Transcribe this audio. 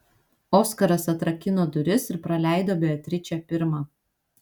oskaras atrakino duris ir praleido beatričę pirmą